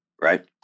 right